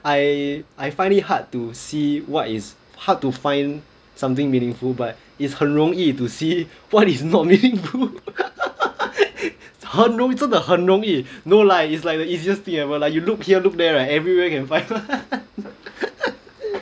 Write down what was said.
I I find it hard to see what is hard to find something meaningful but it's 很容易 to see what is not meeting 很容易真的很容易 no lah it's like the easiest thing ever lah you look here look there right everywhere can find